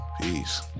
Peace